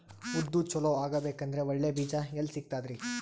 ಉದ್ದು ಚಲೋ ಆಗಬೇಕಂದ್ರೆ ಒಳ್ಳೆ ಬೀಜ ಎಲ್ ಸಿಗತದರೀ?